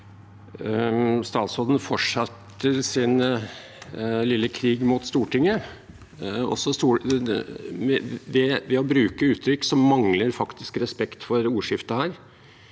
statsråden fortsetter sin lille krig mot Stortinget ved å bruke uttrykk som mangler respekt for ordskiftet her.